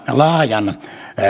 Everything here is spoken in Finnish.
laajan